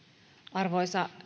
arvoisa